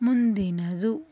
ಮುಂದಿನದು